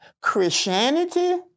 Christianity